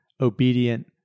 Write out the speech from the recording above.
obedient